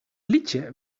liedje